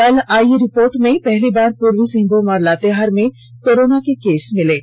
कल आई रिपोर्ट में पहली बार पूर्वी सिंहभूम और लातेहार में कोरोना के केस मिले हैं